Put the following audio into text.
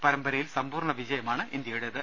പരമ്പരയിൽ സമ്പൂർണ്ണ വിജയമാണ് ഇന്ത്യയുടേത്